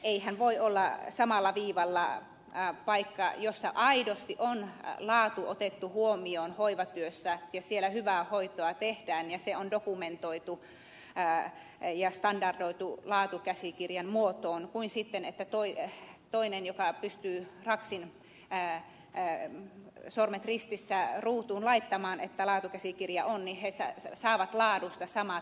eihän voi olla samalla viivalla paikka jossa aidosti on laatu otettu huomioon hoivatyössä ja jossa hyvää hoitoa tehdään ja jossa se on dokumentoitu ja standardoitu laatukäsikirjan muotoon kuin sitten toinen paikka joka pystyy raksin sormet ristissä ruutuun laittamaan että laatukäsikirja on ja joka saa laadusta samat pisteet